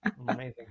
Amazing